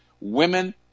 Women